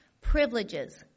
privileges